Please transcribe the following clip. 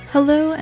Hello